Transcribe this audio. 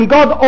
God